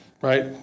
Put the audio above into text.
right